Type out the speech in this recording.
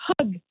hug